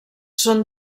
són